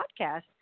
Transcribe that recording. podcast